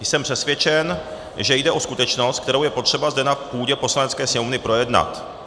Jsem přesvědčen, že jde o skutečnost, kterou je potřeba zde na půdě Poslanecké sněmovny projednat.